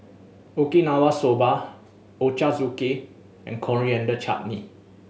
Okinawa Soba Ochazuke and Coriander Chutney